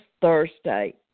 Thursday